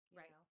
right